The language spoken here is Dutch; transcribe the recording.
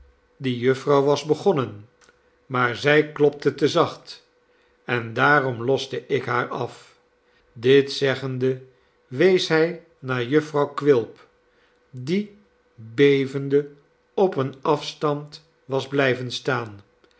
die jufvrouw was begonnen maar zij klopte te zacht en daarom loste ik haar af dit zeggende wees hij naar jufvrouw quilp die bevende op een afstand was blijven staan